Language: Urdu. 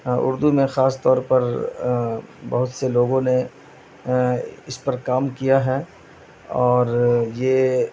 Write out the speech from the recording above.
اردو میں خاص طور پر بہت سے لوگوں نے اس پر کام کیا ہے اور یہ